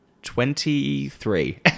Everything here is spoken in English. Twenty-three